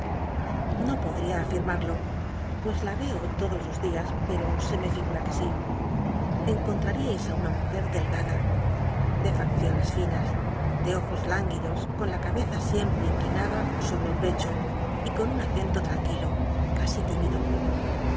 no podría anrmado pues la veo todos los dias pero se me figura que si encontraríais i una muje delgada de facciones finas de ojos híngu idos con la cabeza siempre inclinada sobre el pecho y con un acento tmnquilo casi ti